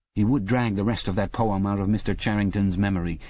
he would drag the rest of that poem out of mr. charrington's memory.